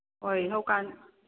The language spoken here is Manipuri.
ꯍꯣꯏ ꯊꯧꯀꯥꯟ